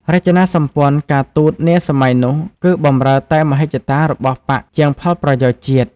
រចនាសម្ព័ន្ធការទូតនាសម័យនោះ គឺបម្រើតែមហិច្ឆតារបស់បក្សជាងផលប្រយោជន៍ជាតិ។